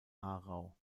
aarau